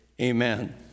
amen